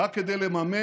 רק כדי לממן,